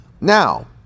Now